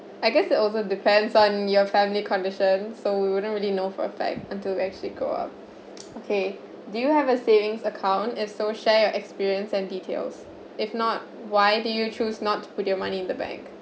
I guess it also depends on your family condition so we wouldn't really know for a fact until we actually go up okay do you have a savings account if so share your experience and details if not why did you choose not to put your money in the bank